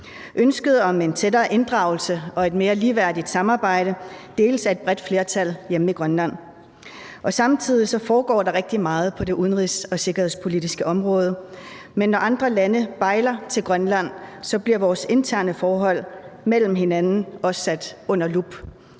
Ønsket om en tættere inddragelse og et mere ligeværdigt samarbejde deles af et bredt flertal hjemme i Grønland, og samtidig foregår der rigtig meget på det udenrigs- og sikkerhedspolitiske område. Men når andre lande bejler til Grønland, bliver vores interne forhold mellem hinanden også sat under lup.